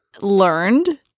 learned